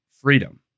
freedom